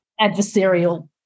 adversarial